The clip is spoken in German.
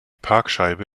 parkscheibe